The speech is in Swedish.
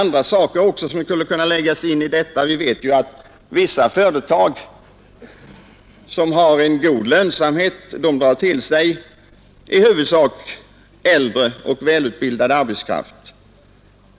Vi vet att vissa företag, 16 maj 1972 som har god lönsamhet, drar till sig i huvudsak yngre och välutbildad arbetskraft.